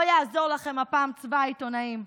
לא יעזור לכם הפעם צבא העיתונאים,